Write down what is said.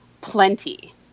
plenty